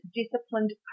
disciplined